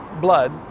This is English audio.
blood